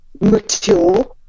mature